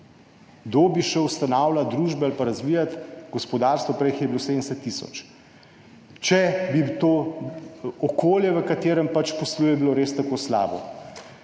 Kdo bi ustanavljal družbe ali pa razvijal gospodarstvo, prej jih je bilo 70 tisoč, če bi bilo to okolje, v katerem pač posluje, res tako slabo?